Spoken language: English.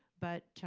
but